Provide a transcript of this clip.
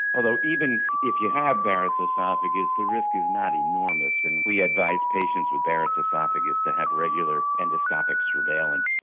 although even if you have a barrett's oesophagus, the risk is not enormous and we advise patients with barrett's oesophagus to have regular endoscopic surveillance.